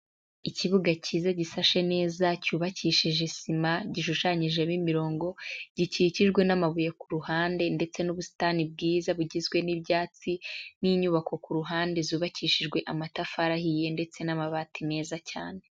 Ikibuga cyiza gisashe neza cyubakishije sima, gishushanyijeho imirongo, gikikijwe n'amabuye ku ruhande ndetse n'ubusitani bwiza bugizwe n'ibyatsi, n'inyubako ku ruhande zubakishijwe amatafari ahiye, ndetse n'amabati meza cyane.